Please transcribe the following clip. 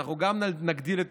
אנחנו גם נגדיל את